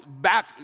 back